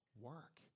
work